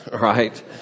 Right